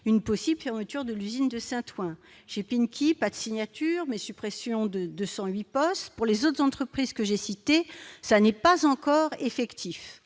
une possible fermeture de l'usine de Saint-Ouen : J'ai Pink pas signature mais suppression de 208 postes pour les autres entreprises que j'ai cité, ça n'est pas encore effectif